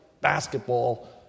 basketball